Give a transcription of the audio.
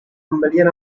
million